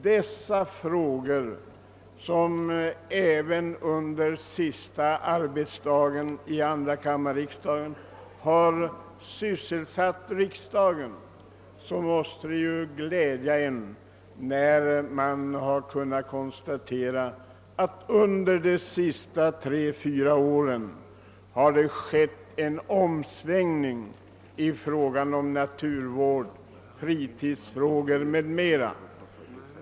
Dessa frågor har även under den sista arbetsdagen i tvåkammarriksdagen sysselsatt oss. Då är det självklart att man med glädje konstaterar att det under de senaste tre till fyra åren har skett en omsvängning i fråga om naturvård, fritidsfrågor m.m.